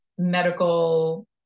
Medical